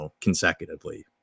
consecutively